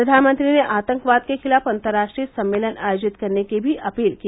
प्रधानमंत्री ने आतंकवाद के खिलाफ अंतर्राष्ट्रीय सम्मेलन आयोजित करने की भी अपील की